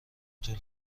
طول